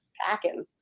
Packing